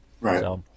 Right